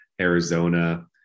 Arizona